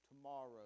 tomorrow